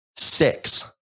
six